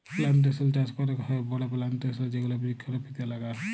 plantation চাস ক্যরেক হ্যয় বড় প্লানটেশল এ যেগুলা বৃক্ষরপিত এলাকা